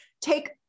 Take